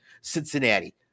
Cincinnati